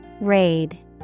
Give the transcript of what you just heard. Raid